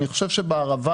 אני חושב שבערבה,